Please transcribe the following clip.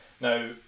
Now